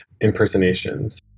impersonations